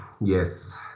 Yes